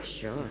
sure